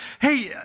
Hey